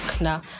now